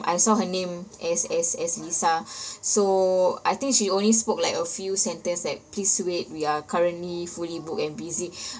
I saw her name as as as lisa so I think she only spoke like a few sentence like please wait we are currently fully booked and busy